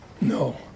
no